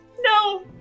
No